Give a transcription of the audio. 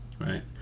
Right